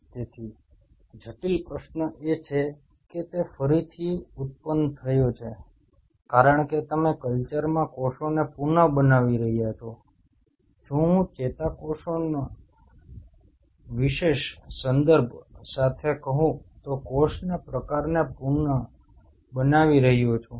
તેથી જટિલ પ્રશ્ન એ છે કે તે ફરીથી ઉત્પન્ન થયો છે કારણ કે તમે કલ્ચરમાં કોષોને પુન બનાવી રહ્યા છો જો હું ચેતાકોષોના વિશેષ સંદર્ભ સાથે કહું તો કોષના પ્રકારને પુન બનાવી રહ્યો છું